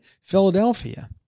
Philadelphia